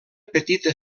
petita